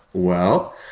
well,